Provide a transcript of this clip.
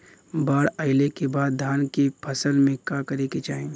बाढ़ आइले के बाद धान के फसल में का करे के चाही?